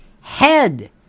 head